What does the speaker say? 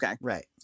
Right